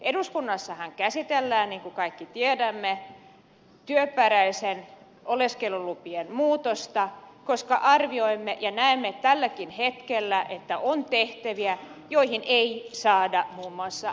eduskunnassahan käsitellään niin kuin kaikki tiedämme työperäisten maahanmuuttajien oleskelulupien muutosta koska arvioimme ja näemme tälläkin hetkellä että on tehtäviä joihin ei saada muun muassa suomalaisia